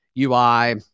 UI